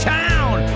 town